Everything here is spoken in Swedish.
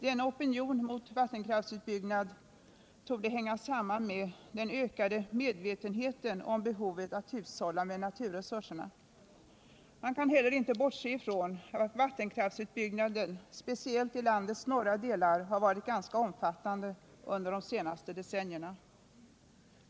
Denna opinion mot vattenkraftsutbyggnad torde hänga samman med den ökade medvetenheten om behovet av att hushålla med naturresurserna. Man kan heller inte bortse ifrån att vattenkraftsutbyggnaden, speciellt i landets norra delar, har varit ganska omfattande under de senaste decennierna.